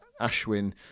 Ashwin